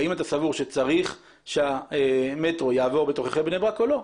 האם אתה סבור שצריך שהמטרו יעבור בתוככי בני ברק או לא?